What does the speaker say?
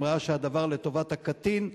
אם ראה שהדבר לטובת הקטין,